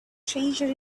treasure